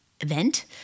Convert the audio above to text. event